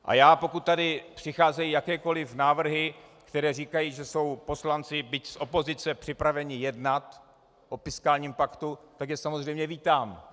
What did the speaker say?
A já, pokud tady přicházejí jakékoli návrhy, které říkají, že jsou poslanci, byť z opozice, připraveni jednat o fiskálním paktu, tak je samozřejmě vítám.